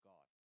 God